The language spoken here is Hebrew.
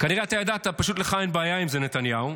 כנראה אתה ידעת, פשוט לך אין בעיה עם זה, נתניהו.